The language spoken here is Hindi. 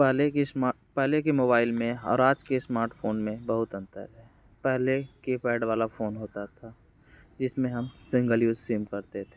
पहले की स्मा पहले की मोबाइल में और आज के स्मार्टफ़ोन में बहुत अंतर है पहले कीपैड वाला फ़ोन होता था जिसमें हम सिंगल यूज़ सिम करते थे